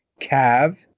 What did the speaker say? Cav